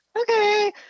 okay